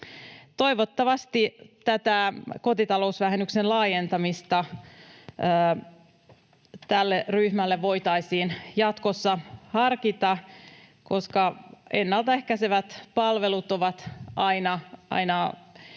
Toivottavasti tätä kotitalousvähennyksen laajentamista tälle ryhmälle voitaisiin jatkossa harkita, koska ennaltaehkäisevät palvelut ovat aina